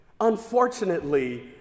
Unfortunately